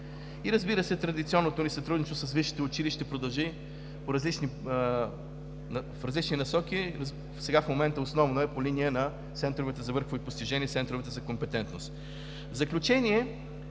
И, разбира се, традиционното ни сътрудничество с висшите училища ще продължи в различни насоки. Сега в момента основно е по линия на центровете за върхови постижения и центровете за компетентност. В заключение,